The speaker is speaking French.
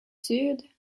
sud